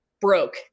broke